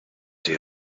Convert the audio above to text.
they